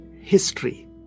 history